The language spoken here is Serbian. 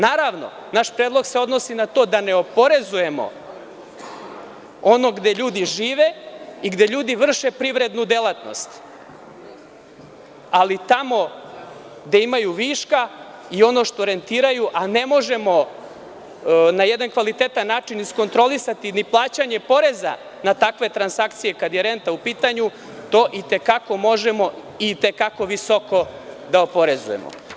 Naravno, naš predlog se odnosi na to da ne oporezujemo ono gde ljudi žive i gde ljudi vrše privrednu delatnost, ali tamo gde imaju viška, ono što rentiraju, a ne možemo na jedan kvalitetan način iskontrolisati, ni plaćanje poreza na takve transakcije, kada je renta u pitanju, to i te kako možemo visoko da oporezujemo.